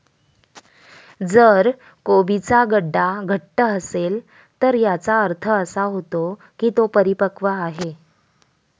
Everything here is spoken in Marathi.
जर कोबीचा गड्डा घट्ट असेल तर याचा अर्थ असा होतो की तो परिपक्व आहे